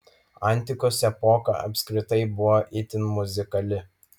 antikos epocha apskritai buvo itin muzikali